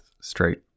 straight